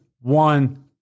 one